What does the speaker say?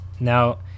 Now